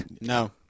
no